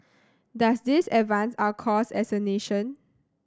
does this advance our cause as a nation